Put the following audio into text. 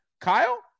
Kyle